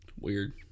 Weird